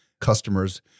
customers